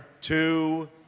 two